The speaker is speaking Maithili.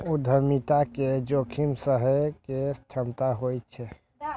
उद्यमिता मे जोखिम सहय के क्षमता होइ छै